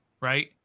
right